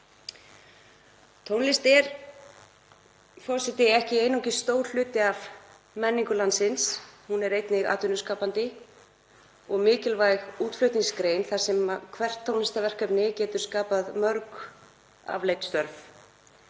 Tónlist er ekki einungis stór hluti af menningu landsins, hún er einnig atvinnuskapandi og mikilvæg útflutningsgrein þar sem hvert tónlistarverkefni getur skapað mörg afleidd störf.